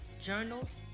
journals